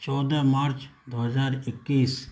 چودہ مارچ دو ہزار اکیس